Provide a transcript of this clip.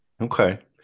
Okay